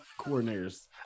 coordinators